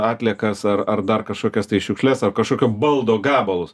atliekas ar ar dar kažkokias tai šiukšles ar kažkokio baldo gabalus